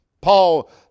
Paul